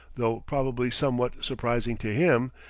though probably somewhat surprising to him,